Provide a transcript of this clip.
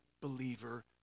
believer